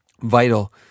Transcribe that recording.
Vital